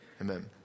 Amen